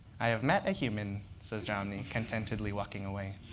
i have met a human, says jomny, contentedly walking away.